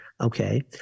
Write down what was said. okay